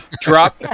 Drop